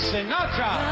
Sinatra